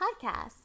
Podcast